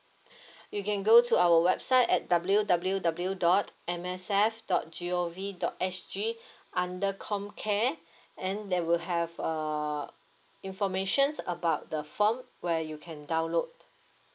you can go to our website at W W W dot M S F dot G O B dot S G under comcare then there will have uh informations about the form where you can download